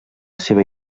seva